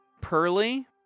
Pearly